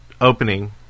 opening